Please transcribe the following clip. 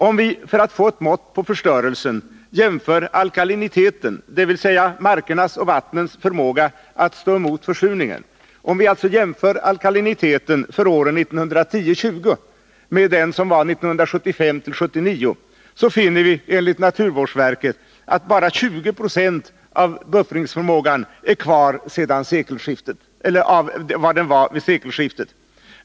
Om vi för att få ett mått på förstörelsen jämför alkaliniteten, dvs. markernas och vattnens förmåga att stå emot försurningen, för åren 1910-1920 med den som var 1975-1979, finner vi enligt naturvårdsverket att buffringsförmågan bara är 20 26 av vad den var vid sekelskiftet.